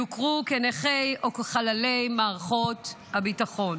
יוכרו כנכי או כחללי מערכות הביטחון.